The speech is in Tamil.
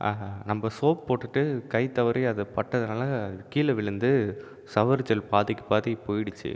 நம்ம சோப் போட்டுட்டு கை தவறி அது பட்டதினால கீழே விழுந்து ஷவர் ஜெல் பாதிக்கு பாதி போய்டுச்சி